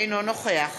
אינו נוכח